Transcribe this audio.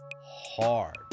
hard